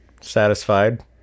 satisfied